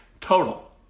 Total